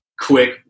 quick